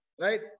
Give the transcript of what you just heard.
right